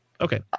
Okay